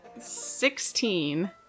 Sixteen